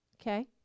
okay